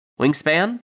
wingspan